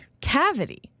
Cavity